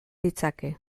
ditzake